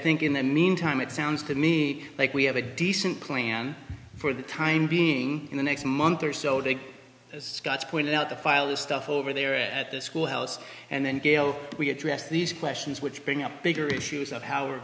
think in the meantime it sounds to me like we have a decent plan for the time being in the next month or so to scotch point out the file stuff over there at the schoolhouse and then gayle we address these questions which bring up bigger issues of how we're